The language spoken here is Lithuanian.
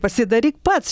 pasidaryk pats